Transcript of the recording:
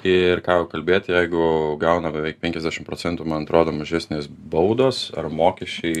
ir ką jau kalbėt jeigu gauna beveik penkiasdešim procentų man atrodo mažesnės baudos ar mokesčiai